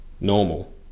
normal